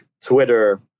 Twitter